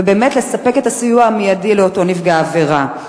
באמת לספק את הסיוע המיידי לאותו נפגע עבירה.